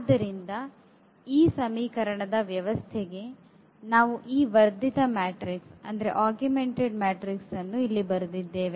ಆದ್ದರಿಂದ ಈ ಸಮೀಕರಣದ ವ್ಯವಸ್ಥೆಗೆ ನಾವು ಈ ವರ್ಧಿತ ಮ್ಯಾಟ್ರಿಕ್ಸ್ ಅನ್ನು ಇಲ್ಲಿ ಬರೆದಿದ್ದೇವೆ